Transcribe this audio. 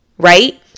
right